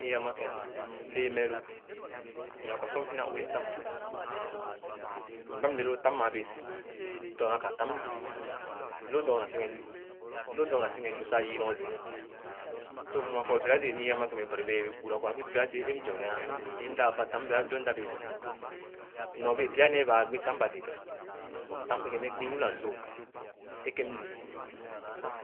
Ni é amakén, lẽẽ meh loo nyo kɔ sor m-ina uetam, ba’m le lõõ tanɔ mãã bẽẽ si, dɔɔna ka lu, loo dɔɔna si kẽ tu, loo dɔɔna si kẽ fu sah yii nɔr gii. So bira dẽẽ m’ẽẽ ãmã meh Bari bee ebèré kɔɔra kɔ ãlu bira dẽẽ é mzorgea é mda batam é mda bee si. Nɔr bẽẽ pya nẽẽ bàã gbitam ba legàrà but tam ebẽẽ meh gbi lu na loo é kẽm le